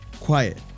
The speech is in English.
quiet